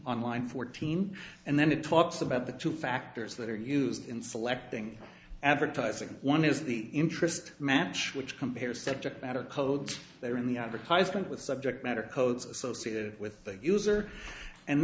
on line fourteen and then it talks about the two factors that are used in selecting advertising one is the interest match which compares subject matter codes there in the advertisement with subject matter codes associated with the user and